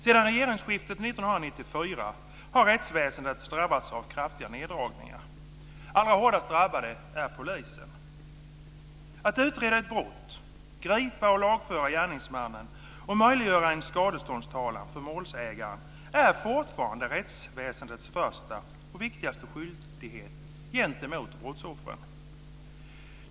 Sedan regeringsskiftet 1994 har rättsväsendet drabbats av kraftiga neddragningar. Allra hårdast drabbad är polisen. Att utreda ett brott, gripa och lagföra gärningsmannen och möjliggöra en skadeståndstalan för målsäganden är fortfarande rättsväsendets första och viktigaste skyldighet gentemot brottsoffren.